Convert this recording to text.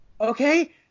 Okay